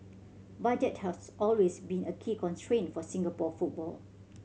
budget has always been a key constraint for Singapore football